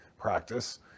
practice